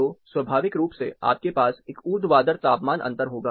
तो स्वाभाविक रूप से आपके पास एक ऊर्ध्वाधर तापमान अंतर होगा